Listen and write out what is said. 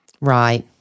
Right